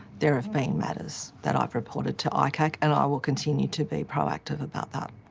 there have been matters that i've reported to icac and i will continue to be proactive about that.